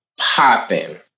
popping